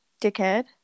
dickhead